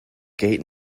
gate